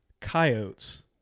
coyotes